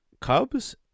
Cubs